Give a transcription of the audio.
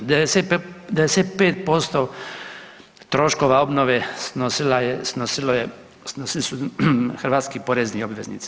95% troškova obnove snosila je, snosili su hrvatski porezni obveznici.